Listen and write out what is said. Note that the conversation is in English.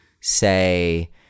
say